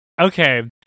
Okay